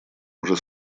уже